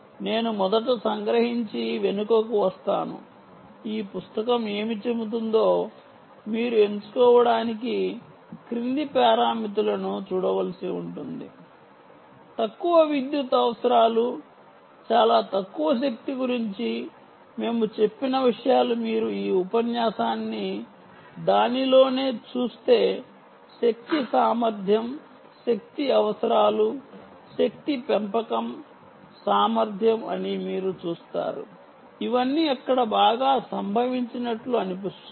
నేను మొదట సంగ్రహించి వెనుకకు వస్తాను ఈ పుస్తకం ఏమి చెబుతుందో మీరు ఎంచుకోవడానికి క్రింది పారామితులను చూడవలసి ఉంటుంది తక్కువ విద్యుత్ అవసరాలు చాలా తక్కువ శక్తి గురించి మేము చెప్పిన విషయాలు మీరు ఈ ఉపన్యాసాన్ని దానిలోనే చూస్తే శక్తి సామర్థ్యం శక్తి అవసరాలు శక్తి పెంపకం సామర్ధ్యం అని మీరు చూస్తారు ఇవన్నీ అక్కడ బాగా సంభవించినట్లు అనిపిస్తుంది